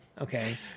Okay